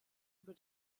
über